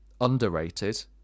underrated